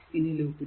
ഇനി ഈ ലൂപ്പ് 2